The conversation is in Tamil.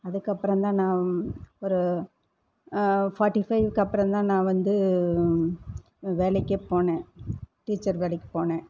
அதுக்கப்புறம் தான் நான் ஒரு ஃபார்ட்டி ஃபைவ்க்கு அப்புறம் தான் நான் வந்து வேலைக்கே போனேன் டீச்சர் வேலைக்கு போனேன்